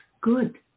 good